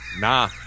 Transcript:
Nah